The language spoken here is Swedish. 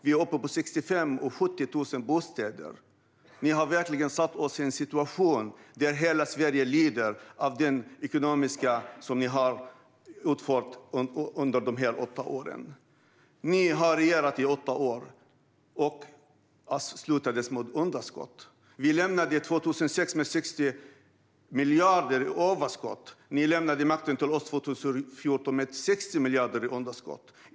Vi är uppe på 65 000-70 000 bostäder. Ni har verkligen satt oss i en situation där hela Sverige lider av de ekonomiska åtgärder som ni har utfört under era åtta år. Ni regerade i åtta år och slutade med ett underskott. Vi lämnade makten 2006 med 60 miljarder i överskott. Ni lämnade makten till oss 2014 med 60 miljarder i underskott.